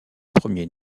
premier